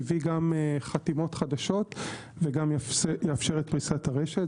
יביא גם חתימות חדשות וגם יאפשר את פריסת הרשת.